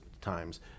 times